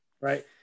right